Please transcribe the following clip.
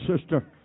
sister